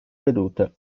vedute